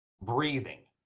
breathing